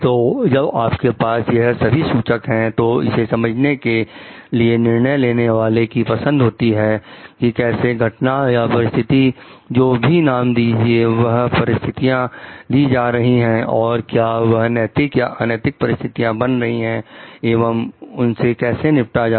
तो जब आपके पास यह सभी सूचक हैं तो इसे समझने के लिए निर्णय लेने वाले की पसंद होती है कि कैसे घटना या परिस्थिति जो भी नाम दीजिए वह परिस्थितियां ली जा रही है और क्या वह नैतिक या अनैतिक परिस्थिति बन रही हैं एवं उनसे कैसे निपटा जाए